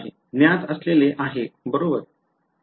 ज्ञात असलेले आहे बरोबर मला काय मिळाले